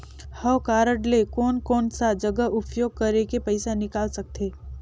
हव कारड ले कोन कोन सा जगह उपयोग करेके पइसा निकाल सकथे?